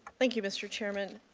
thank you, mr. chairman.